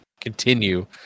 continue